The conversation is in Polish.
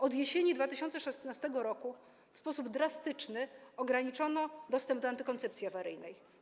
Od jesieni 2016 r. w sposób drastyczny ograniczono dostęp do antykoncepcji awaryjnej.